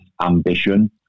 ambition